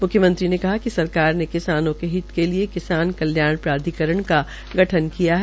मुख्यमंत्री ने कहा कि सरकार ने किसानों के हित के लिये किसान कल्याण प्राधिकरण का गठन किया है